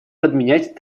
подменять